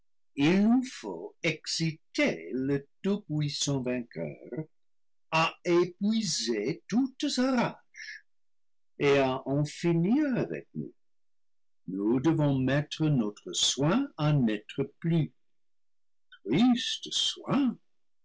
il nous faut exciter le tout-puissant vainqueur à épuiser toute sa rage et à en finir avec nous nous devons mettre notre soin à n'être plus triste soin